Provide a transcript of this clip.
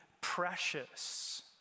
precious